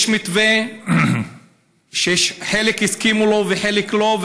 יש מתווה שחלק הסכימו לו וחלק לא,